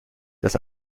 das